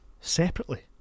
separately